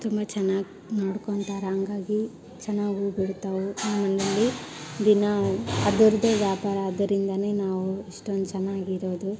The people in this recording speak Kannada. ತುಂಬ ಚೆನ್ನಾಗ್ ನೋಡ್ಕೊತಾರೆ ಹಾಗಾಗಿ ಚೆನ್ನಾಗ್ ಹೂವು ಬಿಡ್ತಾವು ನಮ್ಮಮನೆಯಲ್ಲಿ ದಿನ ಅದ್ರದ್ದೇ ವ್ಯಾಪಾರ ಅದರಿಂದನೇ ನಾವು ಇಷ್ಟೊಂದು ಚೆನ್ನಾಗಿರೋದು